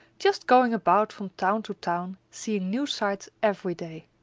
just going about from town to town, seeing new sights every day.